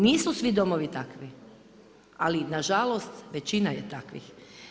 Nisu svi domovi takvi, ali na žalost većina je takvih.